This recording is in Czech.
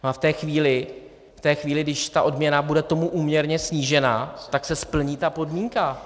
A v té chvíli, když ta odměna bude tomu úměrně snížena, tak se splní ta podmínka.